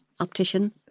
optician